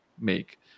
make